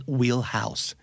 wheelhouse